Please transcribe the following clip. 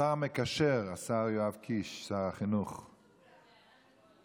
השר המקשר, השר יואב קיש, שר החינוך, בבקשה.